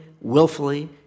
willfully